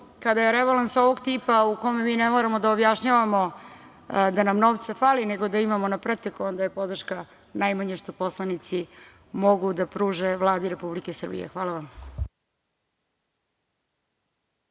kada je rebalans ovog tipa u kome ne moramo da objašnjavamo da nam novca fali, nego da imamo na pretek, onda je podrška najmanje što poslanici mogu da pruže Vladi Republike Srbije. Hvala vam.